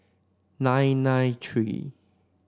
nine nine three